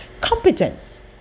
Competence